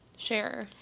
Share